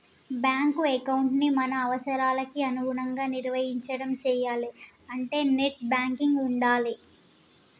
bank ఎకౌంటుని మన అవసరాలకి అనుగుణంగా నిర్వహించడం చెయ్యాలే అంటే నెట్ బ్యాంకింగ్ ఉండాలే